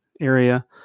area